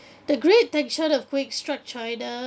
the great tangshan earthquake struck china